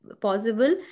possible